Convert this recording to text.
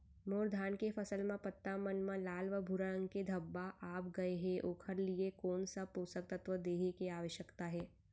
मोर धान के फसल म पत्ता मन म लाल व भूरा रंग के धब्बा आप गए हे ओखर लिए कोन स पोसक तत्व देहे के आवश्यकता हे?